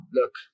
look